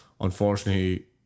unfortunately